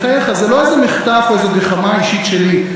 בחייך, זה לא איזה מחטף או איזו גחמה אישית שלי.